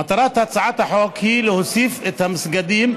מטרת הצעת החוק היא להוסיף את המסגדים,